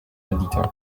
editor